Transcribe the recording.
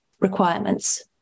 requirements